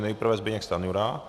Nejprve Zbyněk Stanjura.